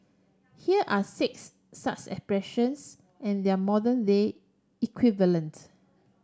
here are six such expressions and their modern day equivalent